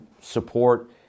support